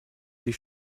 des